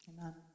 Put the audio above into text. Amen